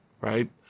right